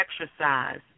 exercise